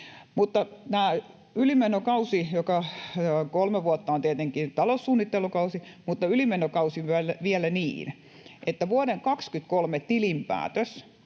Kolme vuotta on tietenkin taloussuunnittelukausi, mutta sitten on vielä ylimenokausi niin, että vuoden 23 tilinpäätös